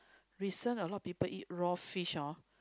recent a lot people eat raw fish hor